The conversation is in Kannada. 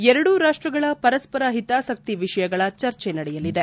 ಎರಡೂ ರಾಷ್ಟಗಳ ಪರಸ್ಪರ ಹಿತಾಸಕ್ತಿ ವಿಷಯಗಳ ಚರ್ಚೆ ನಡೆಯಲಿದೆ